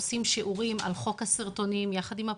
עושים שיעורים על חוק הסרטונים, יחד עם הפרקליטות,